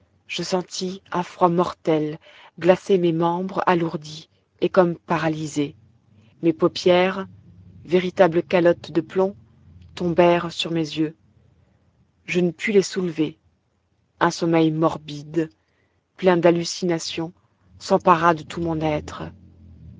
je sentis un froid mortel glacer mes membres alourdis et comme paralysés mes paupières véritables calottes de plomb tombèrent sur mes yeux je ne pus les soulever un sommeil morbide plein d'hallucinations s'empara de tout mon être